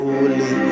Holy